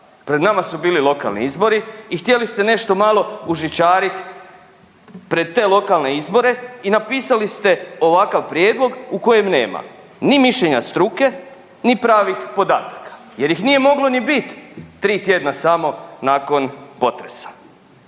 Pred nama su bili lokalni izbori i htjeli ste nešto malo ušićarit pred te lokalne izbore i napisali ste ovakav prijedlog u kojem nema ni mišljenja struke, ni pravih podataka jer ih nije moglo ni bit 3 tjedna samo nakon potresa.